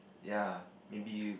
ya maybe